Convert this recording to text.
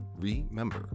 Remember